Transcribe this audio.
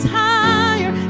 higher